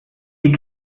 sie